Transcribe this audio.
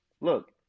look